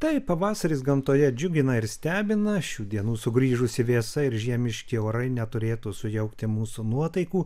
taip pavasaris gamtoje džiugina ir stebina šių dienų sugrįžusi vėsa ir žiemiški orai neturėtų sujaukti mūsų nuotaikų